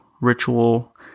ritual